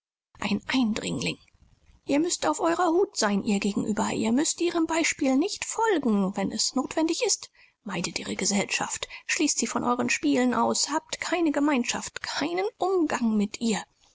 ein eindringling ihr müßt auf eurer hut sein ihr gegenüber ihr müßt ihrem beispiel nicht folgen wenn es notwendig ist meidet ihre gesellschaft schließt sie von euren spielen aus habt keine gemeinschaft keinen umgang mit ihr